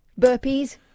burpees